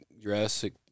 Jurassic